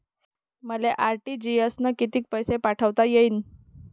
मले आर.टी.जी.एस न कितीक पैसे पाठवता येईन?